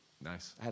nice